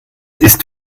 ist